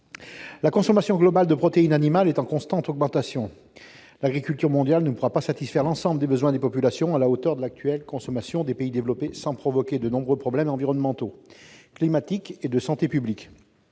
La consommation globale de protéines animales est en constante augmentation. L'agriculture mondiale ne pourra pas satisfaire l'ensemble des besoins des populations à la hauteur de l'actuelle consommation des pays développés sans provoquer de nombreux problèmes environnementaux, climatiques et de santé publique.